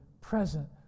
present